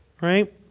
right